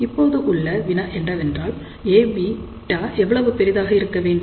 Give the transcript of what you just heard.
இப்போது உள்ள வினா என்னவென்றால் Aβ எவ்வளவு பெரிதாக இருக்க வேண்டும்